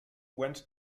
went